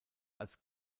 als